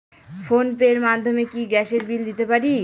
Phone pay র মাধ্যমে কি গ্যাসের বিল দিতে পারি?